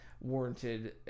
warranted